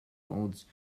olds